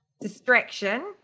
distraction